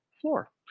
floor